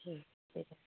ശരി